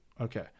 okay